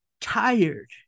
tired